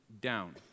down